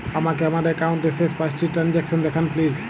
আমাকে আমার একাউন্টের শেষ পাঁচটি ট্রানজ্যাকসন দেখান প্লিজ